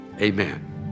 amen